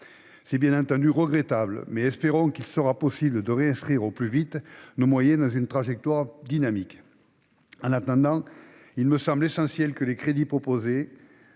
C'est bien entendu regrettable, mais on peut espérer qu'il sera possible de réinscrire, au plus vite, nos moyens dans une trajectoire plus dynamique. En attendant, il me semble essentiel que les crédits proposés